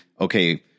okay